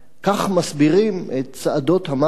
כך מסבירים את צעדות המוות